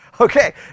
Okay